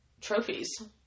trophies